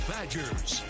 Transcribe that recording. Badgers